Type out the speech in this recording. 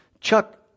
Chuck